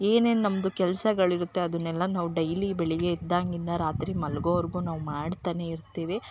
ಏನೇನು ನಮ್ದು ಕೆಲ್ಸಗಳು ಇರುತ್ತೆ ಅದನ್ನೆಲ್ಲ ನಾವು ಡೈಲಿ ಬೆಳಗ್ಗೆ ಎದ್ದಾಗಿಂದ ರಾತ್ರಿ ಮಲ್ಗೊವರೆಗೂ ನಾವು ಮಾಡ್ತಾನೇ ಇರ್ತೀವಿ